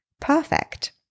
perfect